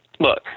Look